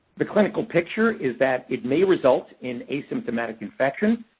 the clinical picture is that it may result in asymptomatic infections,